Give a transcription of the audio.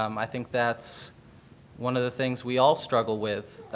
um i think that's one of the things we all struggle with,